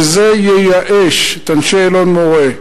שזה ייאש את אנשי אלון-מורה,